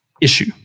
issue